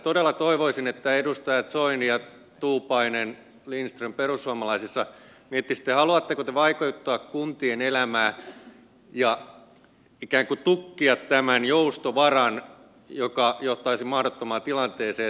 todella toivoisin edustajat soini tuupainen ja lindström että perussuomalaisissa miettisitte haluatteko te vaikeuttaa kuntien elämää ja ikään kuin tukkia tämän joustovaran mikä johtaisi mahdottomaan tilanteeseen